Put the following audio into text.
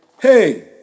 Hey